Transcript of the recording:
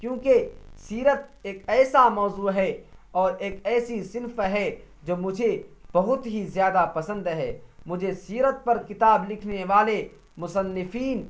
کیونکہ سیرت ایک ایسا موضوع ہے اور ایک ایسی صنف ہے جو مجھے بہت ہی زیادہ پسند ہے مجھے سیرت پر کتاب لکھنے والے مصنفین